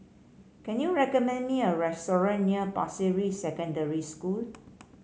can you recommend me a restaurant near Pasir Ris Secondary School